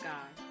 God